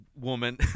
woman